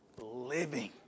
living